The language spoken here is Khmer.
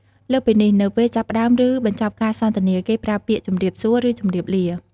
លើសពីនេះ នៅពេលចាប់ផ្ដើមឬបញ្ចប់ការសន្ទនា គេប្រើពាក្យ "ជម្រាបសួរ" ឬ "ជម្រាបលា"។